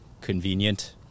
convenient